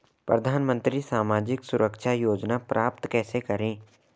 प्रधानमंत्री सामाजिक सुरक्षा योजना प्राप्त कैसे करें?